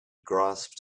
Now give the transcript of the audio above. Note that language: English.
grasped